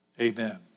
Amen